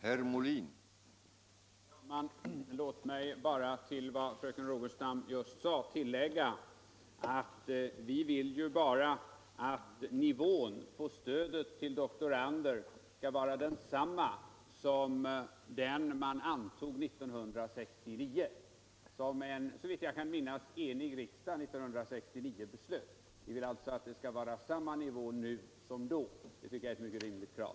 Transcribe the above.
Herr talman! Låt mig till vad fröken Rogestam anförde tillägga att vi bara vill att nivån på stödet till doktorander skall vara densamma som en, såvitt jag kan minnas, enig riksdag beslöt om 1969. Vi anser att det är ett mycket rimligt krav.